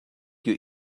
you